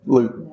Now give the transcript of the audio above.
Luke